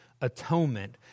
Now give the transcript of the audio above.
atonement